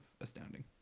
astounding